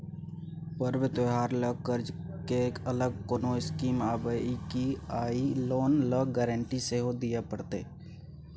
पर्व त्योहार ल कर्ज के अलग कोनो स्कीम आबै इ की आ इ लोन ल गारंटी सेहो दिए परतै?